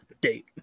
date